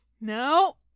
No